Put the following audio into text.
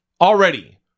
Already